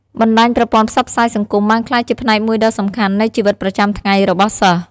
បណ្ដាញប្រព័ន្ធផ្សព្វផ្សាយសង្គមបានក្លាយជាផ្នែកមួយដ៏សំខាន់នៃជីវិតប្រចាំថ្ងៃរបស់សិស្ស។